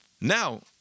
Now